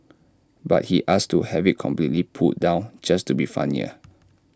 but he asked to have IT completely pulled down just to be funnier